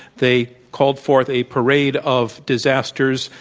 they called forth a parade of disasters,